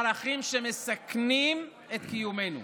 ערכים שמסכנים את קיומנו.